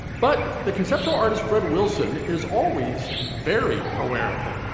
but the conceptual artist fred wilson is always very aware of them.